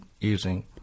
using